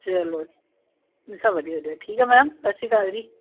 ਚਲੋ ਸਭ ਵਧੀਆ ਵਧੀਆ ਠੀਕ ਹੈ ਮੈਮ ਸਤਿ ਸ਼੍ਰੀ ਅਕਾਲ ਜੀ